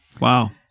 wow